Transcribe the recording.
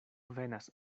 venas